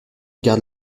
garde